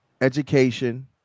education